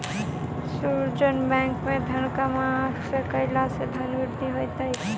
सृजन बैंक में धन जमा कयला सॅ धन के वृद्धि सॅ होइत अछि